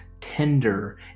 tender